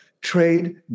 trade